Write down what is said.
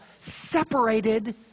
separated